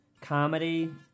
comedy